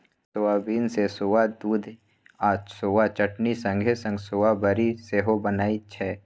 soybean सँ soya दुध आ सोया चटनी संग संग सोया बरी सेहो बनै छै